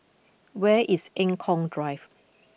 where is Eng Kong Drive